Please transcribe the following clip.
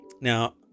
Now